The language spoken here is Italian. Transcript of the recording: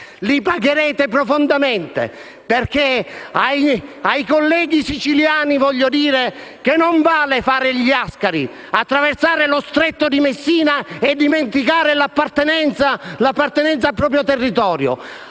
che pagherete un prezzo politico caro. Ai colleghi siciliani voglio dire che non vale fare gli ascari attraversando lo Stretto di Messina e dimenticando l'appartenenza al proprio territorio.